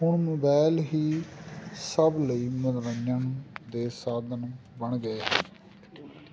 ਹੁਣ ਮੋਬੈਲ ਹੀ ਸਭ ਲਈ ਮਨੋਰੰਜਨ ਦੇ ਸਾਧਨ ਬਣ ਗਏ